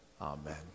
Amen